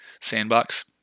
sandbox